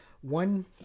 one